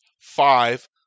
five